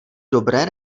dobré